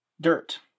dirt